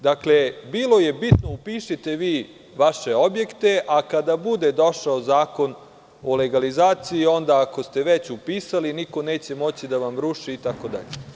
Dakle, bilo je bitno – upišite vi vaše objekte, a kada bude došao zakon o legalizaciji, onda ako ste već upisali, niko neće moći da vam ruši, itd.